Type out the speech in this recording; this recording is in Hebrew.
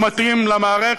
לא מתאים למערכת,